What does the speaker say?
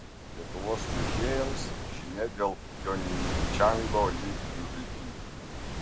lietuvos čiuožėjams žinia dėl pjongčango olimpinių žaidynių